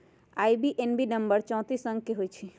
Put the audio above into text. IBAN number चौतीस अंक के होइ छइ